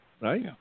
Right